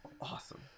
awesome